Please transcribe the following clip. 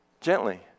Gently